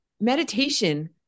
meditation